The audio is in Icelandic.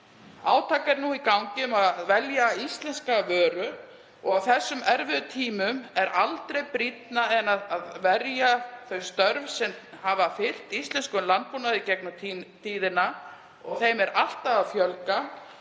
Átak er nú í gangi um að velja íslenska vöru og á þessum erfiðu tímum er aldrei brýnna að verja þau störf sem fylgt hafa íslenskum landbúnaði í gegnum tíðina og þeim er alltaf að fjölga.